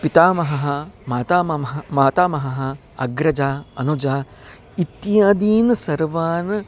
पितामहः मातामहः मातामहः अग्रजा अनुजा इत्यादीन् सर्वान्